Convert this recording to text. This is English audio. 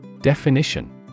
Definition